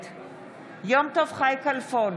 נגד יום טוב חי כלפון,